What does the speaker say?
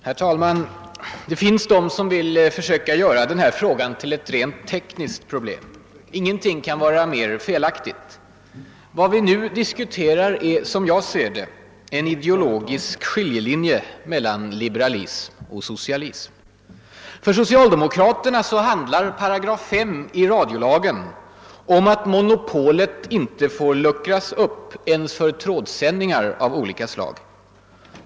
Herr talman! Det finns de som vill försöka göra den här frågan till ett rent tekniskt problem. Ingenting kan vara mera felaktigt. Vad vi nu diskuterar är, som jag ser det, en ideologisk skiljelinje mellan liberalism och socialism. För socialdemokrater handlar 5 § i radiolagen om att monopolet inte får luckras upp ens för trådsändningar av olika slag.